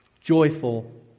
Joyful